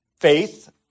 faith